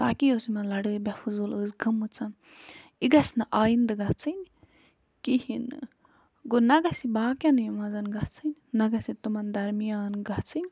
تاکہِ یۄس یِمَن لَڑٲے بے فضوٗل ٲس گٔمٕژ یہِ گژھِ نہٕ آیِنٛدٕ گژھٕنۍ کِہیٖنۍ نہٕ گوٚو نہ گَژھ یہِ باقِیَن یہِ منٛز گژھٕنۍ نہ گژھِ یہِ تِمَن درمیان گژھٕنۍ